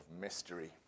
mystery